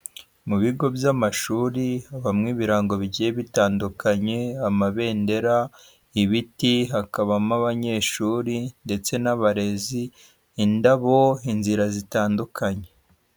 Mu bigo by'amashuri habamo ibirango bigiye bitandukanye amabendera, ibiti, hakabamo abanyeshuri ndetse n'abarezi, indabo inzira zitandukanye.